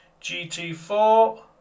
GT4